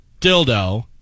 dildo